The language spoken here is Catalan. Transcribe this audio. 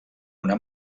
una